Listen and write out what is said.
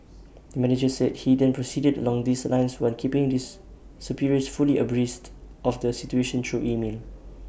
the manager said he then proceeded along these lines while keeping this superiors fully abreast of the situation through email